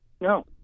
No